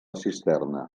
cisterna